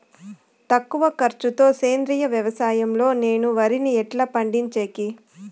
తక్కువ ఖర్చు తో సేంద్రియ వ్యవసాయం లో నేను వరిని ఎట్లా పండించేకి?